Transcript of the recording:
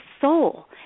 soul